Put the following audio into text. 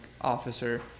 officer